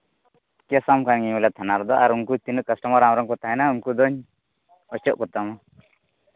ᱠᱮᱹᱥᱟᱢ ᱠᱟᱱᱟᱧ ᱵᱚᱞᱮ ᱛᱷᱟᱱᱟ ᱨᱮᱫᱚ ᱟᱨ ᱩᱱᱠᱩ ᱛᱤᱱᱟᱹᱜ ᱠᱟᱥᱴᱚᱢᱟᱨ ᱟᱢᱨᱮᱱ ᱠᱚ ᱛᱟᱦᱮᱱᱟ ᱩᱱᱠᱩ ᱫᱚᱧ ᱚᱪᱚᱜ ᱠᱚᱛᱟᱢᱟ